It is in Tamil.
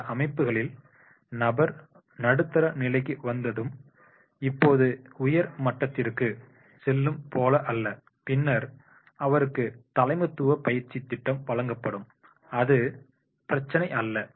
சில அமைப்புகளில் நபர் நடுத்தர நிலைக்கு வந்ததும் இப்போது உயர் மட்டத்திற்குச் செல்வதும் போல அல்ல பின்னர் அவருக்கு தலைமைத்துவ பயிற்சி திட்டம் வழங்கப்படும் அது பிரச்சினை அல்ல